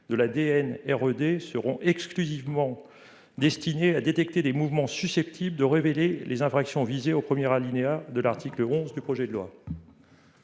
destinés exclusivement à détecter des mouvements susceptibles de révéler les infractions visées au premier alinéa de l'article 11 du présent projet de loi.